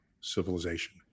civilization